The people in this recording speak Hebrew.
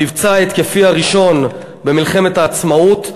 המבצע ההתקפי הראשון במלחמת העצמאות,